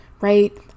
right